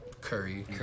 Curry